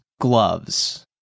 gloves